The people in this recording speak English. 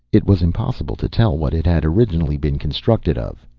it was impossible to tell what it had originally been constructed of.